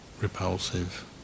repulsive